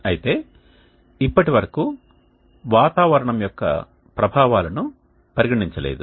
అయితే ఇప్పటివరకు వాతావరణం యొక్క ప్రభావాలను పరిగణించలేదు